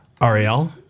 Ariel